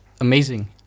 amazing